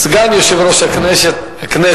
סגן יושב-ראש הכנסת.